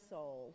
Soul